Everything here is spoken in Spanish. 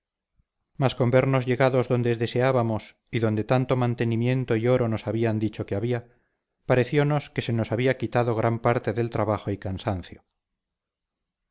mas con vernos llegados donde deseábamos y donde tanto mantenimiento y oro nos habían dicho que había pareciónos que se nos había quitado gran parte del trabajo y cansancio